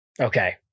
okay